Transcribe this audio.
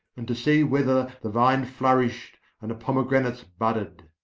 and to see whether the vine flourished and the pomegranates budded.